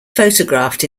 photographed